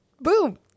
boom